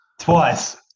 twice